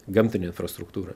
gamtinę infrastruktūrą